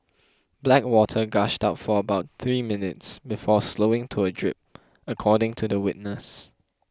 black water gushed out for about three minutes before slowing to a drip according to the witness